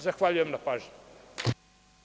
Zahvaljujem na pažnji.